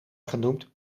genoemd